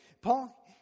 Paul